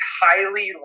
highly